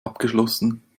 abgeschlossen